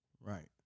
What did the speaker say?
Right